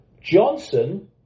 Johnson